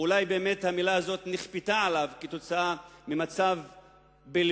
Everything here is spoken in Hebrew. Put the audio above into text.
אולי באמת המלה הזאת נכפתה עליו כתוצאה ממצב בין-לאומי,